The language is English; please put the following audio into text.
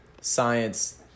science